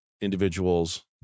individuals